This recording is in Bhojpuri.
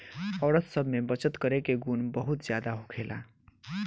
औरत सब में बचत करे के गुण बहुते ज्यादा होखेला